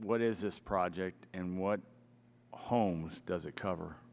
what is this project and what holmes does it cover